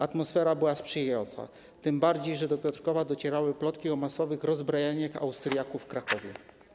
Atmosfera była sprzyjająca, tym bardziej że do Piotrkowa docierały plotki o masowych rozbrojeniach Austriaków w Krakowie.